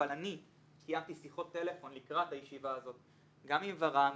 אבל אני קיימתי שיחות טלפון לקראת הישיבה הזאת גם עם ור"מ,